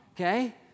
Okay